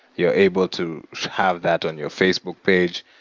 you're able to have that on your facebook page,